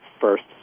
first